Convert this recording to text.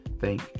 thank